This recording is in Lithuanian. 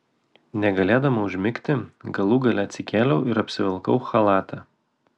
negalėdama užmigti galų gale atsikėliau ir apsivilkau chalatą